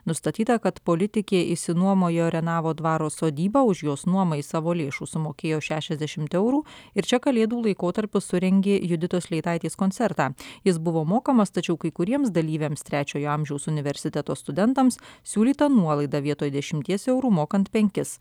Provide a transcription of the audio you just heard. nustatyta kad politikė išsinuomojo renavo dvaro sodybą už jos nuomą iš savo lėšų sumokėjo šešiasdešimt eurų ir čia kalėdų laikotarpiu surengė juditos leitaitės koncertą jis buvo mokamas tačiau kai kuriems dalyviams trečiojo amžiaus universiteto studentams siūlyta nuolaida vietoj dešimties eurų mokant penkis